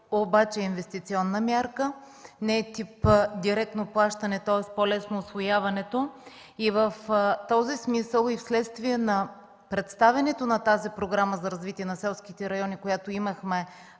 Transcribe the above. обаче е инвестиционна мярка, не е тип директно плащане, тоест, по-лесно да е усвояването, и в този смисъл и следствие на представянето на тази Програма за развитие на селските райони, което имахме